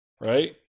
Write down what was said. right